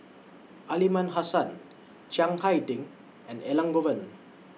Aliman Hassan Chiang Hai Ding and Elangovan